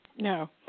No